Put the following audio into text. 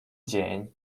dzień